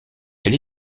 elle